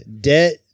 Debt